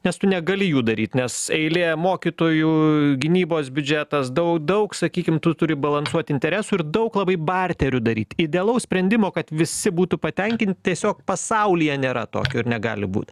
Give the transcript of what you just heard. nes tu negali jų daryt nes eilė mokytojų gynybos biudžetas dau daug sakykim tu turi balansuot interesų ir daug labai barterių daryt idealaus sprendimo kad visi būtų patenkinti tiesiog pasaulyje nėra tokio ir negali būt